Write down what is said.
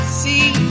see